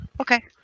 Okay